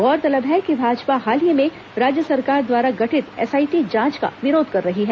गौरतलब है कि भाजपा हाल ही में राज्य सरकार द्वारा गठित एसआईटी जांच का विरोध कर रही है